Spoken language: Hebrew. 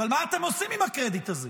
אבל מה אתם עושים עם הקרדיט הזה?